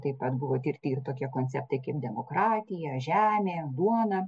taip pat buvo tirti ir tokie konceptai kaip demokratija žemė duona